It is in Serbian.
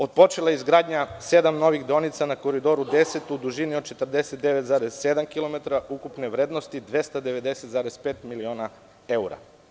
Otpočela je izgradnja sedam novih deonica na Koridoru 10 u dužini od 49,7 kilometara ukupne vrednosti 290,5 miliona evra.